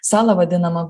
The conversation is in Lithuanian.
salą vadinamą